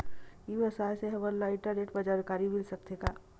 ई व्यवसाय से हमन ला इंटरनेट मा जानकारी मिल सकथे का?